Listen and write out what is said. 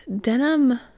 denim